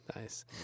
nice